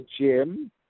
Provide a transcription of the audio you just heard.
gym